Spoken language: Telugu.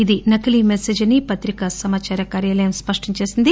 ఇది నకిలీ మెస్పేజ్ అని పత్రికా సమాచార కార్యాలయం స్పష్టం చేసింది